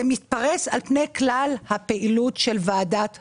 זה מתפרס על כלל הפעילות של ועדת הבחירות.